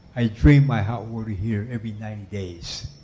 i drain my hot water heater every ninety days.